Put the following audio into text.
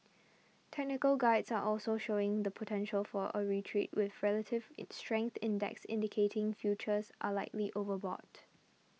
technical guides are also showing the potential for a retreat with relative its strength index indicating futures are likely overbought